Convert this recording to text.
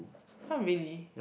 not really